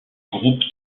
groupe